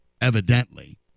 evidently